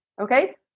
okay